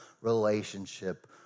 relationship